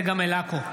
צגה מלקו,